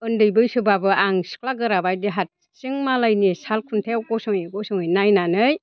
उन्दै बैसोब्लाबो आं सिख्ला गोराबायदि हारसिं मालायनि साल खुन्थायाव गसङै गसङै नायनानै